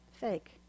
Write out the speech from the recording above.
fake